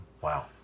Wow